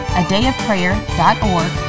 adayofprayer.org